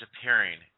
appearing